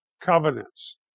covenants